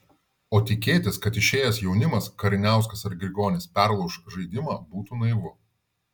o tikėtis kad išėjęs jaunimas kariniauskas ar grigonis perlauš žaidimą būtų naivu